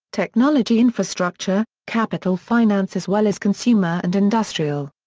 technology infrastructure, capital finance as well as consumer and industrial.